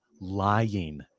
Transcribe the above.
lying